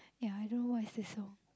ya I don't know what's the song